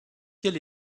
quel